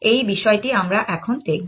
এই বিষয়টি আমরা এখন দেখব